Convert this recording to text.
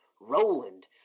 Roland